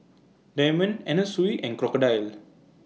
Diamond Anna Sui and Crocodile